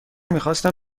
میخواستم